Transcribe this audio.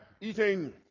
eating